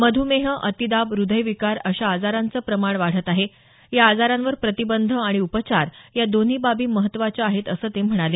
मध्रमेह अतिदाब ह्दयविकार अशा आजारांचं प्रमाण वाढत आहे या आजारांवर प्रतिबंध आणि उपचार या दोन्ही बाबी महत्त्वाच्या आहेत असं ते म्हणाले